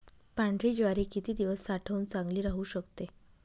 पांढरी ज्वारी किती दिवस साठवून चांगली राहू शकते?